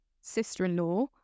sister-in-law